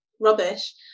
rubbish